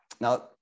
Now